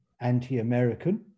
anti-American